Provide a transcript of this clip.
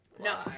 No